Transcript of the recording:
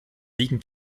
liegen